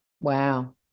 wow